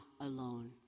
Alone